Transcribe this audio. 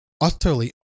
utterly